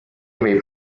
võib